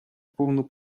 повну